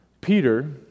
Peter